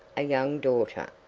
a young daughter,